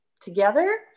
together